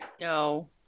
No